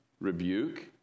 rebuke